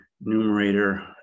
numerator